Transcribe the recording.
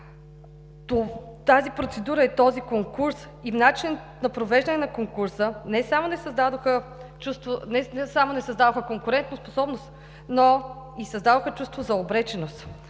това. Процедурата и начинът за провеждане на конкурса не само не създадоха конкурентоспособност, но и създадоха чувство за обреченост.